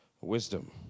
wisdom